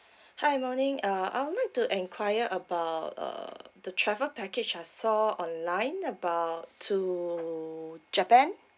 hi morning uh I would like to inquire about uh the travel package I saw online about to japan